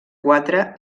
quatre